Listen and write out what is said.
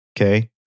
Okay